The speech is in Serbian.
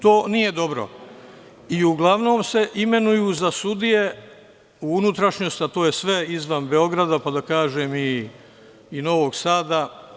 To nije dobro i uglavnom se imenuju za sudije u unutrašnjosti, a to je sve izvan Beograda, pa da kažem i Novog Sada.